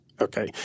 Okay